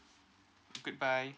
goodbye